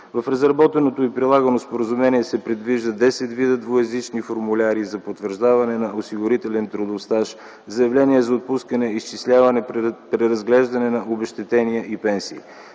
В разработеното и прилагано споразумение се предвиждат 10 вида двуезични формуляри за потвърждаване на осигурителен трудов стаж, заявление за отпускане, изчисляване, преразглеждане на обезщетения и пенсии,